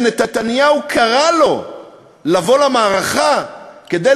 שנתניהו קרא לו לבוא למערכה כדי